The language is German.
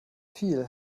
viel